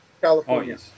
California